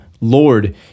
Lord